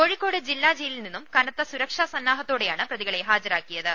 കോഴിക്കോട് ജില്ലാജയിലിൽ നിന്നും കന്നത്ത സുരക്ഷാ സന്നാഹത്തോ ടെയാണ് പ്രതികളെ ഹാജരാക്കിയത്